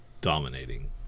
dominating